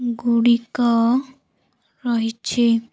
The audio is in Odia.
ଗୁଡ଼ିକ ରହିଛି